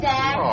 Dad